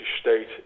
state